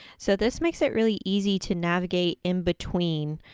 so, this makes it really easy to navigate in between